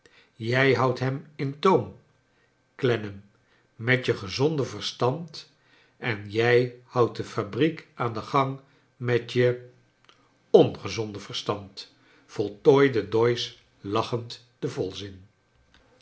jij houdt hem in toom clennam met je gezonde verstand en jij houdt de fabriek aan den gang met je ongezonde verstand voltooide doyce lachend den volzin